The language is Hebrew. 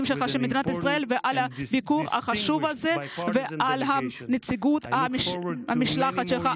שלך במדינת ישראל ועל הביקור החשוב הזה ועל נציגות המשלחת שלך.